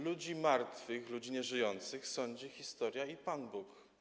ludzi martwych, ludzi nieżyjących sądzi historia i Pan Bóg.